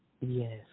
Yes